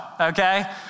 okay